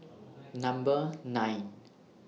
Number nine